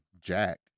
Jack